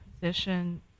position